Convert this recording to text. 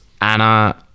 Anna